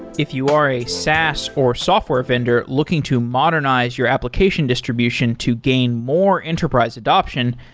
if you are a saas or software vendor looking to modernize your application distribution to gain more enterprise adoption,